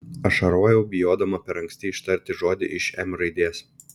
ašarojau bijodama per anksti ištarti žodį iš m raidės